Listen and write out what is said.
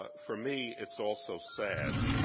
ah for me, it's also sad,